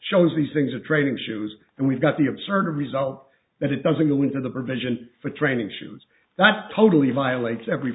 shows these things are training shoes and we've got the absurd result that it doesn't go into the provision for training shoes that totally violates every